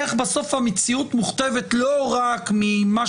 איך בסוף המציאות מוכתבת לא רק ממה